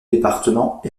département